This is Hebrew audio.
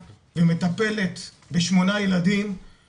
אמא של רעות ראתה מכונית שמתקרבת לילד שמשחק